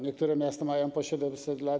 Niektóre miasta mają po 700 lat.